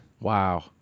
Wow